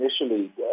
initially